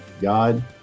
God